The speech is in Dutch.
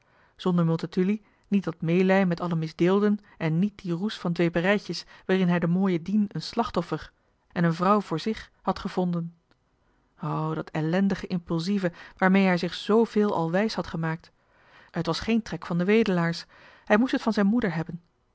zonder multatuli niet dat mee'lij met alle misdeelden en niet die roes van dweperijtjes waarin hij de mooie dien een slachtoffer en een vrouw voor zich had gevonden o dat ellendige impulsieve waarmee hij zich zveel al wijs had gemaakt het was geen trek van de wedelaar's hij moest het van zijn moeder hebben